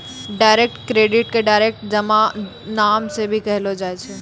direct credit के direct जमा नाम से भी कहलो जाय छै